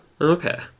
Okay